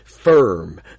Firm